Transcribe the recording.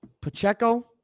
Pacheco